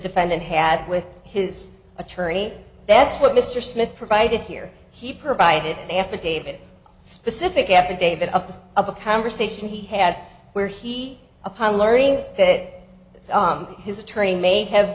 defendant had with his attorney that's what mr smith provided here he provided an affidavit specific affidavit up in a conversation he had where he upon learning that his attorney may have